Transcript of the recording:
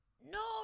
No